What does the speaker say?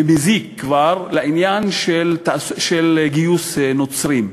ומזיק כבר בעניין של גיוס נוצרים.